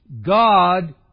God